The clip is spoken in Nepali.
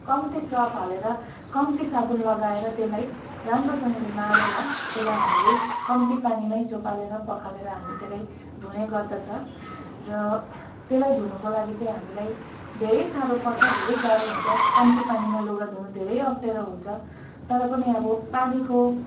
कम्ती सर्फ हालेर कम्ती साबुन लगाएर त्यसलाई राम्रोसँगले माडेर त्यसलाई हामीले कम्ती पानीमै चोपालेर पखालेर हामी त्यसलाई धुने गर्दछौँ र त्यसलाई धुनुको लागि चाहिँ हामीलाई धेरै साह्रो पर्छ धेर गाह्रो हुन्छ कम्ती पानीमा लुगा धुनु धेरै अप्ठ्यारो हुन्छ तर पनि अब पानीको